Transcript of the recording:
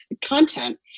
content